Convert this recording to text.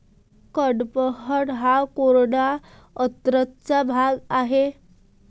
कडपह्नट हा कोरड्या अन्नाचा भाग आहे